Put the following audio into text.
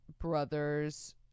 brother's